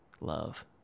Love